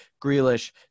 grealish